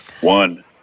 One